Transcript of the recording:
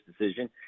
decision